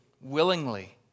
willingly